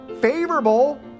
favorable